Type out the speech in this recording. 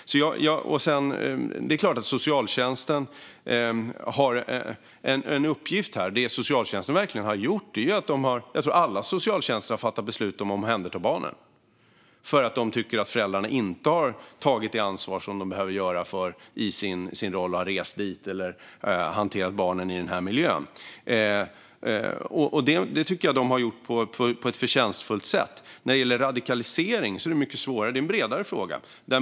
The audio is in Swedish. Det är klart att socialtjänsten har en uppgift här. Jag tror att alla socialtjänster har fattat beslut om att omhänderta barnen eftersom de tycker att föräldrarna inte har tagit det ansvar som de behöver göra i sin roll. De har rest dit eller hanterat barnen i den miljön. Detta tycker jag att socialtjänsterna har gjort på ett förtjänstfullt sätt. När det gäller radikalisering är det mycket svårare. Det är en bredare fråga.